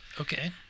okay